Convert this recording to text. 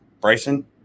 Bryson